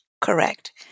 Correct